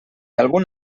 algun